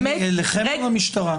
אליכם או למשטרה?